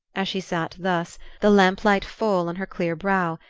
as she sat thus, the lamplight full on her clear brow,